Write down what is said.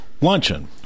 luncheon